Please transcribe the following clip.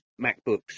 MacBooks